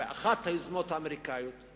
באחת היוזמות האמריקניות: